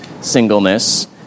singleness